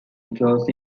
enclosed